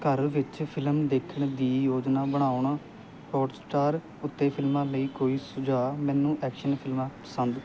ਘਰ ਵਿੱਚ ਫਿਲਮ ਦੇਖਣ ਦੀ ਯੋਜਨਾ ਬਣਾਓ ਹੌਟਸਟਾਰ ਉੱਤੇ ਫਿਲਮਾਂ ਲਈ ਕੋਈ ਸੁਝਾਅ ਮੈਨੂੰ ਐਕਸ਼ਨ ਫਿਲਮਾਂ ਪਸੰਦ ਹਨ